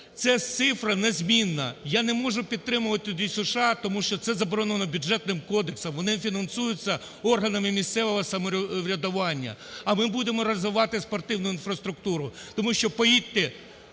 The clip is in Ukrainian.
це цифра незмінна. Я не можу підтримувати ДЮСШ, тому що це заборонено Бюджетним кодексом, вони фінансуються органами місцевого самоврядування. А ми будемо розвивати спортивну інфраструктуру, тому що поїдьте,